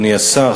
אדוני השר,